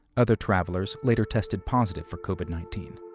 other travelers later tested positive for covid nineteen.